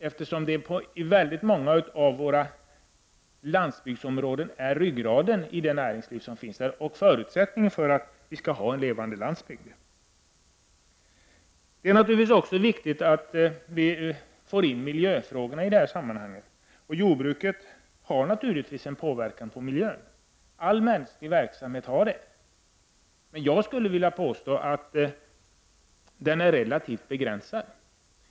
I väldigt många av våra landsbygsområden är ju jordbruket ryggraden i det näringsliv som finns och förutsättningen för att vi skall ha en levande landsbygd. Det är naturligtvis också viktigt att få in miljöfrågorna i detta sammanhang. Jordbruket har naturligtvis en påverkan på miljön — all mänsklig verksamhet har det. Men jag skulle vilja påstå att påverkan från jordbruket är relativt begränsad.